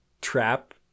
trap